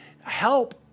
help